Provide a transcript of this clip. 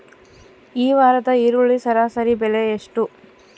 ಈ ವಾರದ ಈರುಳ್ಳಿ ಸರಾಸರಿ ಬೆಲೆ ಎಷ್ಟು?